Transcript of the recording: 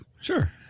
Sure